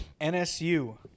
NSU